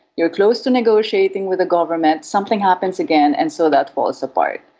you're close to negotiating with the government, something happens again and so that falls apart.